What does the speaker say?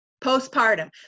postpartum